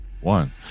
One